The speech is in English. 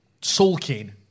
sulking